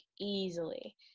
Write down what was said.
easily